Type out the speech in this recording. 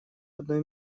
одной